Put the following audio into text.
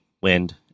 wind